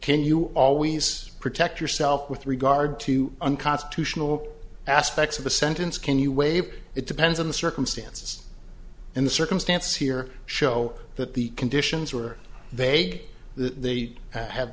can you always protect yourself with regard to unconstitutional aspects of the sentence can you waive it depends on the circumstances and the circumstances here show that the conditions were vague that they have